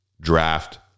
draft